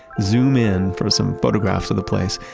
zoom in for some photographs of the place,